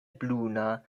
bruna